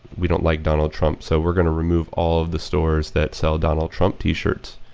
we don't like donald trump, so we're going to remove all of the stores that sell donald trump t-shirts.